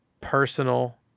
personal